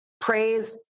praise